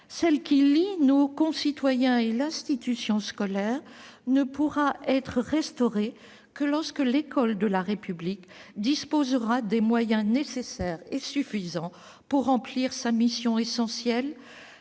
celle qui lie nos concitoyens et l'institution scolaire, ne pourra être restaurée que lorsque l'école de la République disposera des moyens nécessaires et suffisants pour remplir sa mission essentielle